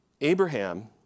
Abraham